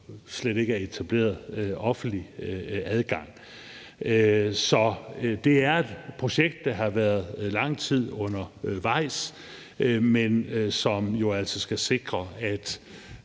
slet ikke er etableret offentlig adgang. Så det er et projekt, der har været lang tid undervejs, men som jo altså skal sikre, at